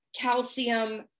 calcium